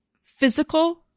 physical